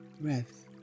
breath